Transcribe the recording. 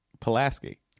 Pulaski